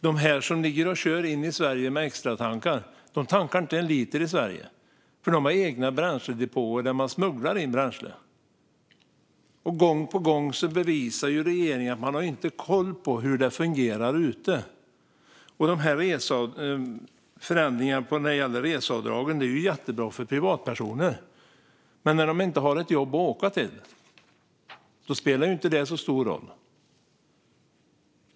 De som kör in i Sverige med extratankar tankar inte en liter i Sverige, för de har egna bränsledepåer där man smugglar in bränsle. Gång på gång bevisar regeringen att den inte har koll på hur det fungerar där ute! Förändringarna i reseavdragen är ju jättebra för privatpersoner, men när de inte har ett jobb att åka till spelar det inte så stor roll.